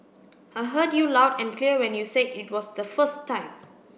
I heard you loud and clear when you said it was the first time